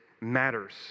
matters